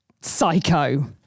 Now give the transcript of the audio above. psycho